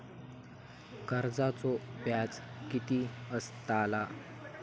कर्जाचो व्याज कीती असताला?